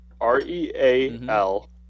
R-E-A-L